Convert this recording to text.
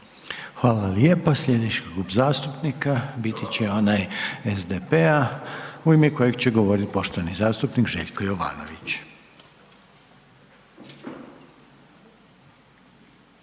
Hvala lijepo. Slijedeći Klub zastupnika biti će onaj SDP-a u ime kojeg će govorit poštovani zastupnik Željko Jovanović.